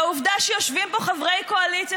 והעובדה שיושבים פה חברי קואליציה,